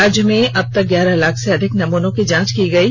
राज्य में अबतक ग्यारह लाख से अधिक नमूनों की जांच की गई है